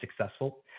successful